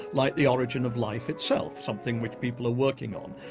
like the origin of life itself, something which people are working on.